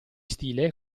stile